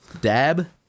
Dab